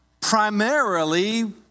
primarily